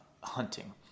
hunting